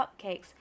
cupcakes